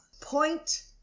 Point